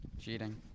Cheating